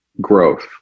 growth